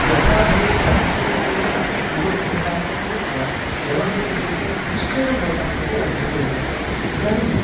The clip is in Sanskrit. यथा भवेत् तादृशरूपेण पूर्वसिद्धतां च कृत्वा व्यवहरति चेत् निश्चयेन भवतां कृते लभ्यते एव इदानीम्